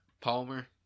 Palmer